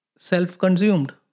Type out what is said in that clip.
Self-consumed